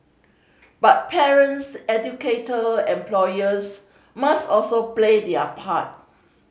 but parents educator and employers must also play their part